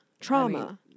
trauma